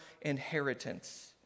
inheritance